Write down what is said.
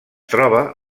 troba